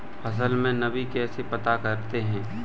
फसल में नमी कैसे पता करते हैं?